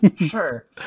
Sure